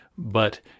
But